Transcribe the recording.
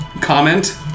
comment